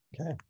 Okay